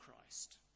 Christ